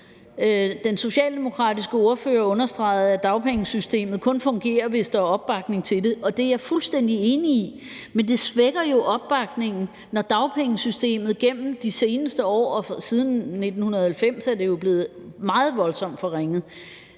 Den socialdemokratiske ordfører understregede, at dagpengesystemet kun fungerer, hvis der er opbakning til det, og det er jeg fuldstændig enig i, men det svækker jo opbakningen, når dagpengesystemet gennem de seneste år er blevet forringet. Siden 1990'erne er det jo blevet meget voldsomt forringet,